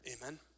amen